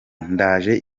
ndaje